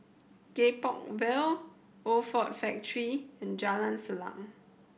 Gek Poh Ville Old Ford Factory and Jalan Salang